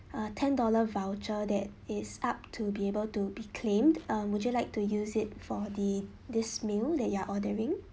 a ten dollar voucher that is up to be able to be claimed um would you like to use it for the this meal that you are ordering